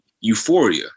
euphoria